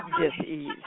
dis-ease